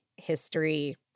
history